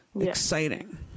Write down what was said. exciting